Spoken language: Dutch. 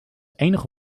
enige